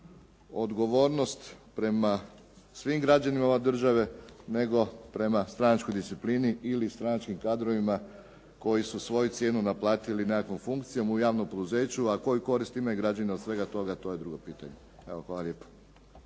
odgovornost prema svim građanima ove države nego prema stranačkoj disciplini ili stranačkim kadrovima koji su svoju cijenu naplatili nekakvom funkcijom u javnom poduzeću, a koju korist imaju građani od svega toga to je drugo pitanje. Hvala lijepo.